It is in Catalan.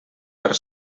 per